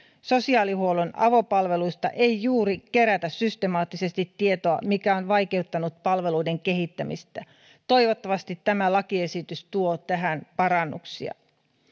sosiaalihuollon avopalveluista ei juuri kerätä systemaattisesti tietoa mikä on vaikeuttanut palveluiden kehittämistä toivottavasti tämä lakiesitys tuo tähän parannuksia